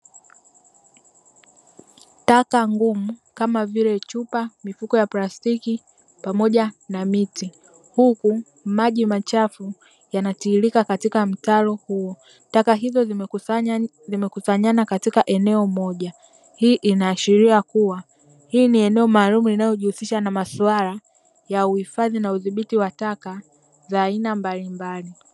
Taka ngumu kama vile chupa, mifuko ya plastiki pamoja na miti. Huku maji machafu yanatiririka katika mtaro huo, taka hizo zimekusanyana katika eneo moja. Hii inaashiria kuwa hii ni eneo maalumu linalojihusisha na maswala ya uhifadhi na udhibiti wa taka za aina mbalimbali.